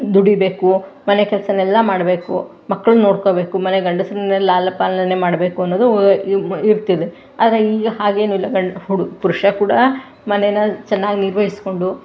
ದುಡಿಬೇಕು ಮನೆ ಕೆಲಸನೆಲ್ಲ ಮಾಡಬೇಕು ಮಕ್ಳು ನೋಡ್ಕೊಳ್ಬೇಕು ಮನೆ ಗಂಡಸರನ್ನೆಲ್ಲ ಲಾಲ ಪಾಲನೆ ಮಾಡಬೇಕು ಅನ್ನೋದು ಇರ್ತಿದೆ ಆದರೆ ಈಗ ಹಾಗೇನಿಲ್ಲ ಗಂ ಹು ಪುರುಷ ಕೂಡ ಮನೆನ ಚೆನ್ನಾಗಿ ನಿರ್ವಹಿಸಿಕೊಂಡು